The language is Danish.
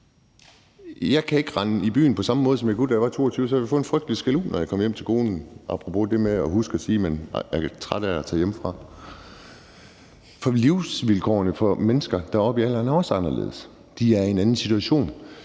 Jeg kan ikke rende i byen på samme måde, som jeg kunne, da jeg var 22 år. Så ville jeg få en frygtelig skældud, når jeg kom hjem til konen – apropos det med at huske at sige, at man er træt af at tage hjemmefra. Livsvilkårene for mennesker oppe i alderen er også anderledes. De er i en anden situation.